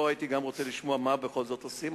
גם פה הייתי רוצה לשמוע מה בכל זאת עושים.